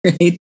right